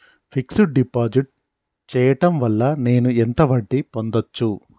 Fix డ్ deposit చేయటం వల్ల నేను ఎంత వడ్డీ పొందచ్చు?